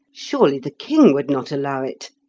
surely the king would not allow it?